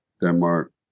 Denmark